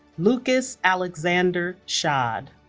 lucas alexander schad